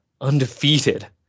undefeated